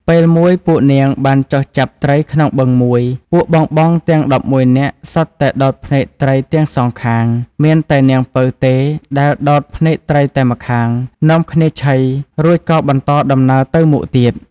ពេលមួយពួកនាងបានចុះចាប់ត្រីក្នុងបឹងមួយ ពួកបងៗទាំង១១នាក់សុទ្ធតែដោតភ្នែកត្រីទាំងសងខាង មានតែនាងពៅទេដែលដោតភ្នែកត្រីតែម្ខាង នាំគ្នាឆីរួចក៏បន្តដំណើរទៅមុខទៀត។